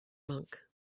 monk